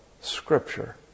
Scripture